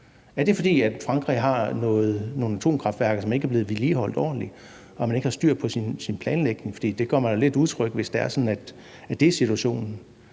Er det, fordi Frankrig har nogle atomkraftværker, som ikke er blevet vedligeholdt ordentligt, og at man ikke har styr på sin planlægning? For det gør mig jo lidt utryg, hvis det er sådan, at det er situationen.